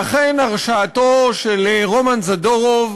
ואכן, הרשעתו של רומן זדורוב